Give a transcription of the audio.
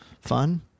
fun